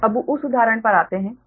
अब उस उदाहरण पर आते हैं